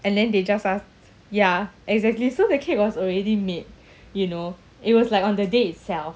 and then they just ask ya exactly so the cake was already made you know it was like on the day itself